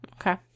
Okay